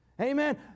Amen